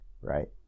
Right